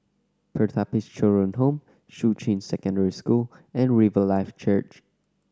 Pertapis Children Home Shuqun Secondary School and Riverlife Church